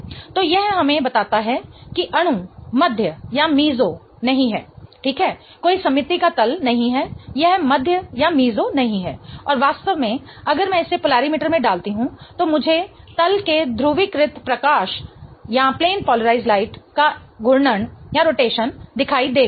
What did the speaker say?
तो यह हमें बताता है कि अणु मध्य मेसो नहीं है ठीक है कोई सममिति का तल नहीं है यह मध्य मेसो नहीं है और वास्तव में अगर मैं इसे पोलारिमीटर में डालती हूं तो मुझे तल के ध्रुवीकृत प्रकाश का एक घूर्णन रोटेशन दिखाई देगा